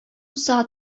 уза